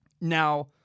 Now